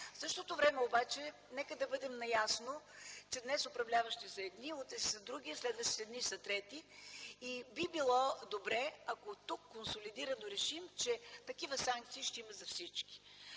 В същото време обаче нека да бъдем наясно, че днес управляващи са едни, утре са други, следващите дни са трети и би било добре, ако тук консолидирано решим, че такива санкции ще има за всички.